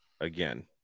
again